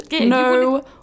No